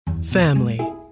family